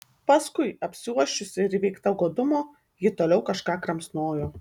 paskui apsiuosčiusi ir įveikta godumo ji toliau kažką kramsnojo